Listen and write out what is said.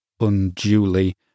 unduly